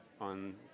on